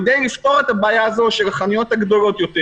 כדי לפתור את הבעיה של החנויות הגדולות יותר